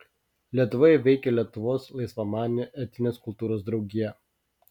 lietuvoje veikė lietuvos laisvamanių etinės kultūros draugija